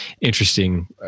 interesting